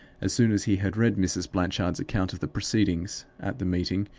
as soon as he had read mrs. blanchard's account of the proceedings at the meeting,